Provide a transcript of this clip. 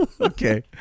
Okay